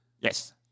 Yes